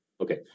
Okay